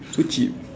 so cheap